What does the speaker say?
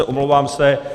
Omlouvám se.